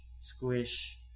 squish